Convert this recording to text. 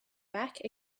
back